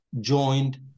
joined